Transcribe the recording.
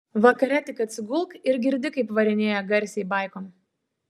vakare tik atsigulk ir girdi kaip varinėja garsiai baikom